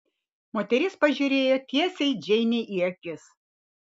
moteris pažiūrėjo tiesiai džeinei į akis